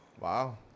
Wow